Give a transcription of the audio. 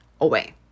away